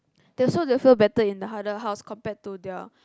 that's so they will feel better in the other house compared to their